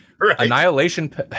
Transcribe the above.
annihilation